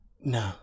No